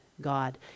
God